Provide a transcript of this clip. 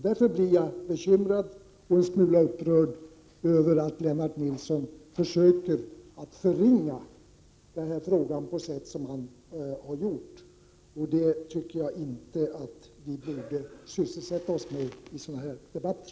Därför blir jag bekymrad och en smula upprörd över att Lennart Nilsson försöker förringa denna fråga på det sätt han har gjort. Jag tycker inte att vi borde sysselsätta oss med det i sådana här debatter.